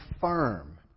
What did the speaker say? firm